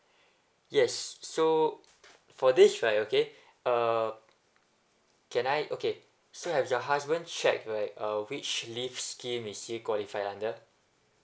yes so for this right okay uh can I okay so have your husband check like uh which leave scheme is he qualify under